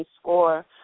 score